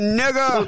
nigga